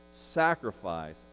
sacrifice